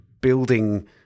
building